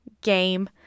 game